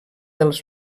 dels